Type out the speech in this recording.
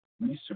research